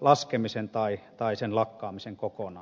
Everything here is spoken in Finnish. laskemisen tai sen lakkaamisen kokonaan